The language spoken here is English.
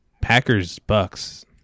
Packers-Bucks